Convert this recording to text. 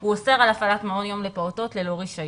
הוא אוסר על הפעלת מעונות יום לפעוטות ללא רישיון.